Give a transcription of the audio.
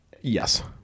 yes